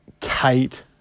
tight